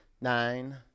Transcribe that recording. nine